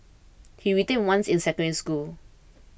he retained once in Secondary School